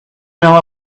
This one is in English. know